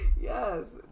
Yes